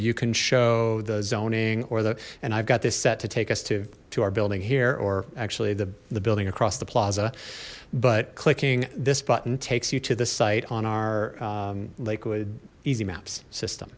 you can show the zoning or the and i've got this set to take us to to our building here or actually the the building across the plaza but clicking this button takes you to the site on our lakewood easy maps system